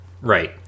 right